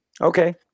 Okay